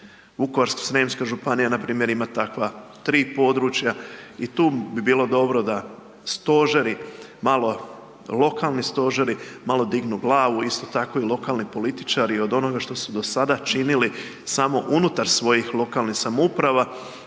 Vukovarsko-srijemska županije npr. ima takva 3 područja i tu bi bilo dobro da stožeri malo, lokalni stožeri malo dignu glavu, isto tako i lokalni političari od onoga što su do sada činili samo unutar svojih lokalnih samouprava